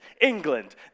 England